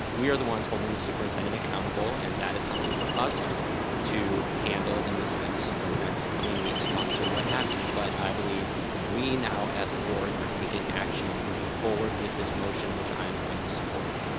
we are the ones holding the superintendent accountable and that is something for us to handle and discuss in the next coming weeks, months, or what have you. but i believe we now as a board are taking action and moving forward with this motion which i am going to support.